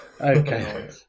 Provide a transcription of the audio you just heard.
Okay